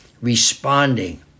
responding